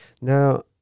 Now